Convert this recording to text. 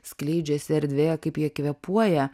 skleidžiasi erdvėje kaip jie kvėpuoja